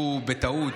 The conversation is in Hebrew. בטעות,